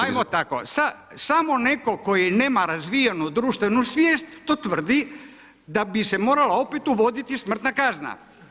Ajmo, ajmo tako, samo netko koji nema razvijenu društvenu svijest to tvrdi da bi se morala opet uvoditi smrtna kazna.